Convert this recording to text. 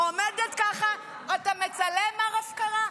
עומדת ככה: אתה מצלם "מר הפקרה"?